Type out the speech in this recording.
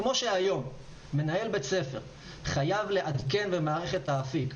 כמו שהיום מנהל בית ספר חייב לעדכן במערכת האפיק: